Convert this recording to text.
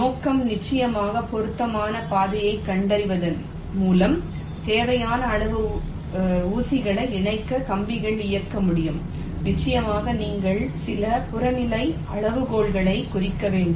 நோக்கம் நிச்சயமாக பொருத்தமான பாதைகளைக் கண்டறிவதன் மூலம் தேவையான அளவு ஊசிகளை இணைக்க கம்பிகளை இயக்க முடியும் நிச்சயமாக நீங்கள் சில புறநிலை அளவுகோல்களைக் குறைக்க வேண்டும்